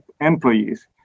employees